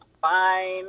Fine